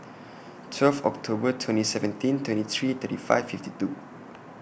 twelve October twenty seventeen twenty three thirty five fifty two